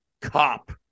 cop